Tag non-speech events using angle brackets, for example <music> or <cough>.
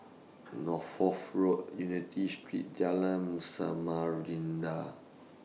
<noise> Northolt Road Unity Street Jalan Samarinda